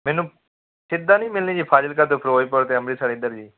ਮੈਨੂੰ ਸਿੱਧਾ ਨਹੀਂ ਮਿਲਣੀ ਜੀ ਫਾਜ਼ਿਲਕਾ ਤੋਂ ਫਿਰੋਜ਼ਪੁਰ ਅਤੇ ਅੰਮ੍ਰਿਤਸਰ ਇੱਧਰ ਜੀ